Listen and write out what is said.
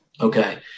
Okay